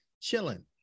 chilling